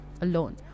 alone